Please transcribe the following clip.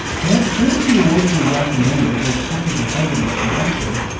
well, according to an award-winning documentary called, patterns of evidence the exodus,